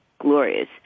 glorious